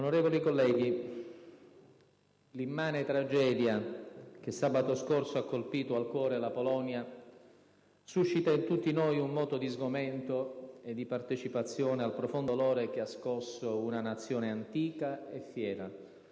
Onorevoli colleghi, l'immane tragedia che sabato scorso ha colpito al cuore la Polonia suscita in tutti noi un moto di sgomento e di partecipazione al profondo dolore che ha scosso una Nazione antica e fiera,